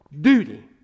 duty